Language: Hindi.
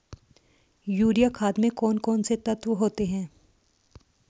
यूरिया खाद में कौन कौन से तत्व होते हैं?